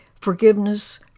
Forgiveness